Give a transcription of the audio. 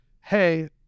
hey